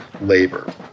labor